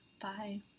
bye